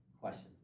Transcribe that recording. questions